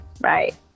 Right